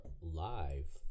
live